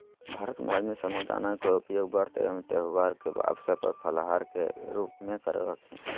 भारत में आदमी साबूदाना के उपयोग व्रत एवं त्यौहार के अवसर पर फलाहार के रूप में करो हखिन